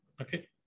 okay